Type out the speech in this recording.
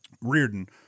Reardon